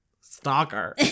stalker